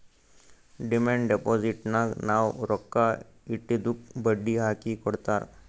demand ಡಿಪೋಸಿಟ್ನಾಗ್ ನಾವ್ ರೊಕ್ಕಾ ಇಟ್ಟಿದ್ದುಕ್ ಬಡ್ಡಿ ಹಾಕಿ ಕೊಡ್ತಾರ್